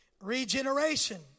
Regeneration